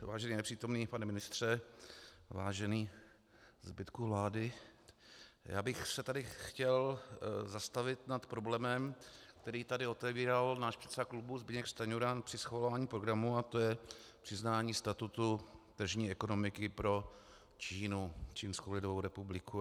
Vážený nepřítomný pane ministře, vážený zbytku vlády, já bych se tady chtěl zastavit nad problémem, který tady otevíral náš předseda klubu Zbyněk Stanjura při schvalování programu, a to je přiznání statusu tržní ekonomiky pro Čínu, Čínskou lidovou republiku.